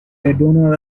donor